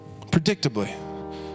predictably